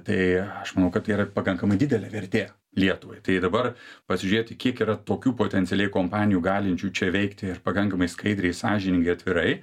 tai aš manau kad yra pakankamai didelė vertė lietuvai tai dabar pasižiūrėti kiek yra tokių potencialiai kompanijų galinčių čia veikti ir pakankamai skaidriai sąžiningai atvirai